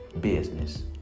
business